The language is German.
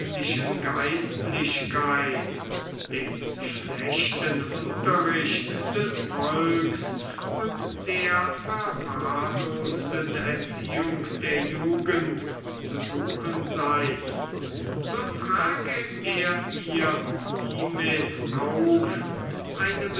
geistlichkeit dem schlechten unterricht des volks und der verwahrlosten erziehung der jugend zu suchen sei so trage er ihr hiemit auf eine